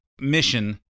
mission